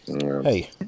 hey